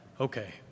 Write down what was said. okay